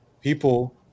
people